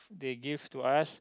they give to us